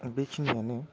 बेखिनियानो